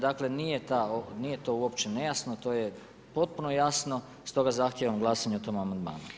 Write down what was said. Dakle nije to uopće nejasno to je potpuno jasno, stoga zahtijevam glasanje o tom amandmanu.